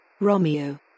Romeo